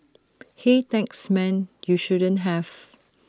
hey thanks man you shouldn't have